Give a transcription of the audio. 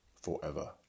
forever